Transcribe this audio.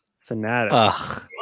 Fanatic